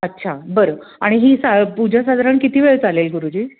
अच्छा बरं आणि ही सा पूजा साधारण किती वेळ चालेल गुरुजी